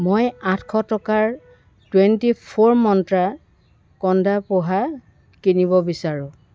মই আঠশ টকাৰ টুৱেণ্টি ফ'ৰ মন্ত্ৰা কণ্ডা পোহা কিনিব বিচাৰোঁ